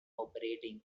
operating